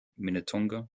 minnetonka